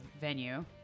venue